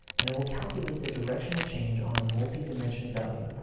and it will calculate the directional change on a multi-dimension value.